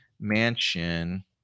Mansion